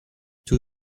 two